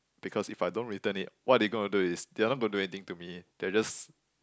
because if I don't return it what they gonna do is they are not gonna to do anything to me they will just